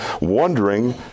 wondering